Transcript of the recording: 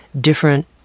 different